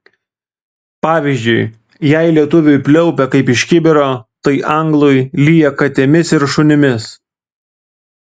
pavyzdžiui jei lietuviui pliaupia kaip iš kibiro tai anglui lyja katėmis ir šunimis